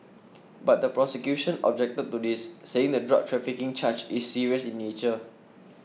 but the prosecution objected to this saying the drug trafficking charge is serious in nature